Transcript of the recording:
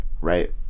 right